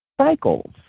Cycles